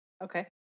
Okay